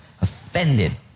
Offended